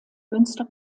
münster